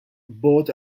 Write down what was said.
bought